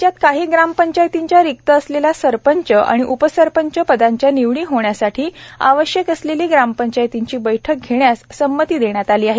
राज्यात काही ग्रामपंचायतींच्या रिक्त असलेल्या सरपंच व उपसरपंच पदांच्या निवडी होण्यासाठी आवश्यक असलेली ग्रामपंचायतींच्या या बैठका घेण्यास संमती देण्यात आली आहे